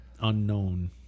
unknown